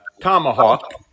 tomahawk